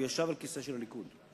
הוא ישב על כיסא של הליכוד.